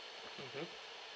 mmhmm